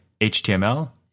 HTML